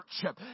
church